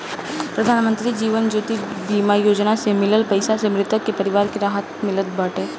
प्रधानमंत्री जीवन ज्योति बीमा योजना से मिलल पईसा से मृतक के परिवार के राहत मिलत बाटे